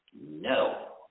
No